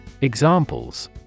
Examples